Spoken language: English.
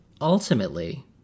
ultimately